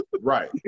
Right